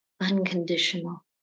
unconditional